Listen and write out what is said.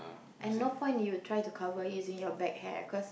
and no point if you try to cover it using your back hair cause